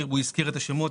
הוא הזכיר את השמות,